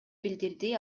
билдирди